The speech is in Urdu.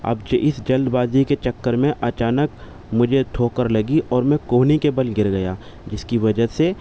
اب جو اس جلد بازی کے چکر میں اچانک مجھے ٹھوکر لگی اور میں کہنی کے بل گر گیا جس کی وجہ سے